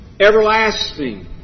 everlasting